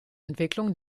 entwicklung